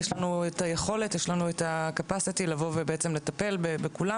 יש לנו היכולת לבוא ולטפל בכולם,